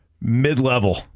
mid-level